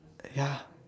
ya